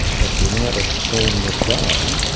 but the amount of sperm that die,